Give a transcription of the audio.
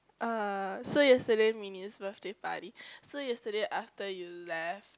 uh so yesterday's Min-Yi's birthday party so yesterday after you left